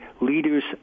leaders